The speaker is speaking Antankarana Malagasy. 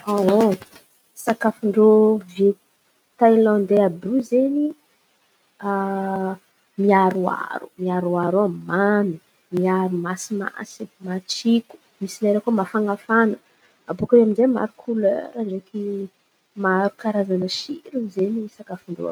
sakafon-drô ve Tailandy? Io àby iô izen̈y miaroaro, miaro avô mamy miaro masimasin̈y, matsiko misy lerany koa mafan̈afana. ABaka iô aminjay maro kolera ndraiky maro karazany tsirony zen̈y sakafon-drô io.